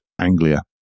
Anglia